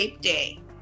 day